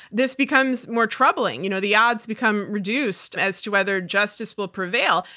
this becomes more troubling. you know, the odds become reduced as to whether justice will prevail.